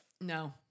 No